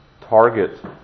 target